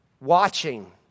watching